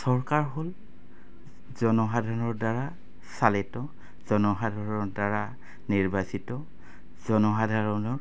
চৰকাৰ হ'ল জনসাধাৰণৰদ্বাৰা চালিত জনসাধাৰণৰদ্বাৰা নিৰ্বাচিত জনসাধাৰণৰ